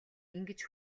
ингэж